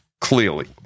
clearly